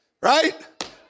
Right